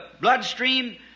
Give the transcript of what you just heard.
bloodstream